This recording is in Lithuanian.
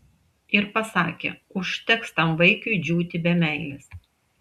ir pasakė užteks tam vaikiui džiūti be meilės